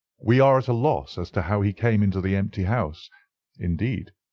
we are at a loss as to how he came into the empty house indeed,